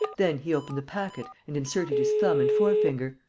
then he opened the packet and inserted his thumb and fore-finger,